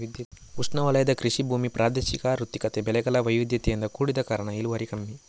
ಉಷ್ಣವಲಯದ ಕೃಷಿ ಭೂಮಿ ಪ್ರಾದೇಶಿಕ ವ್ಯತಿರಿಕ್ತತೆ, ಬೆಳೆಗಳ ವೈವಿಧ್ಯತೆಯಿಂದ ಕೂಡಿದ ಕಾರಣ ಇಳುವರಿ ಕಮ್ಮಿ